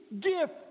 gift